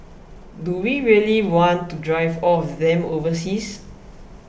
do we really want to drive all of them overseas